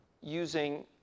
using